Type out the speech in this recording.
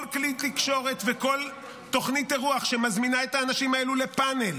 כל כלי תקשורת וכל תוכנית אירוח שמזמינה את האנשים האלה לפאנל,